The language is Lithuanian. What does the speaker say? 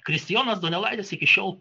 kristijonas donelaitis iki šiol